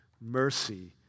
Mercy